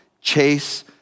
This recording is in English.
chase